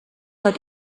not